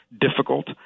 difficult